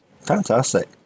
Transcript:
Fantastic